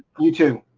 you too.